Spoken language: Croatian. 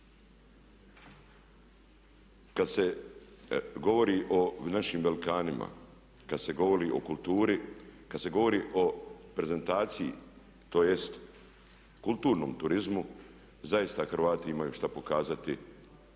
Kad se govori o našim velikanima, kad se govori o kulturi, kad se govori o prezentaciji tj. kulturnom turizmu zaista Hrvati imaju što pokazati